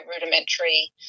rudimentary